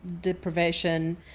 deprivation